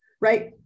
right